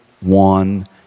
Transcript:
one